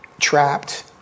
trapped